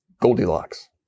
Goldilocks